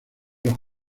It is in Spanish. los